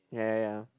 ya ya ya